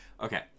okay